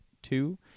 two